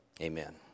Amen